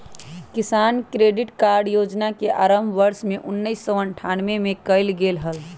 किसान credit card योजना के आरंभ वर्ष उन्नीसौ अठ्ठान्नबे में कइल गैले हल